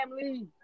family